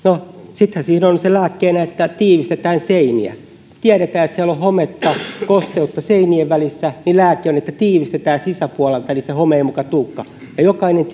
sittenhän siinä oli se lääkkeenä että tiivistetään seiniä kun tiedetään että siellä on hometta kosteutta seinien välissä niin lääke on että tiivistetään sisäpuolelta niin sitten se home ei muka tulekaan ja jokainen